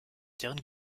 deren